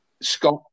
Scott